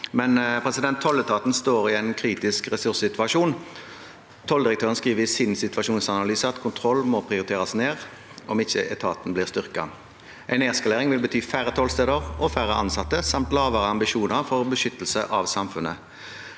spørretime 3631 «Tolletaten står i en kritisk ressurssituasjon. Tolldirektøren skriver i sin situasjonsanalyse at kontroll må prioriteres ned, om ikke etaten styrkes. En nedskalering vil bety færre tollsteder og færre ansatte, samt lavere ambisjoner for beskyttelse av samfunnet.